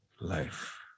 life